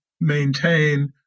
maintain